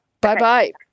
Bye-bye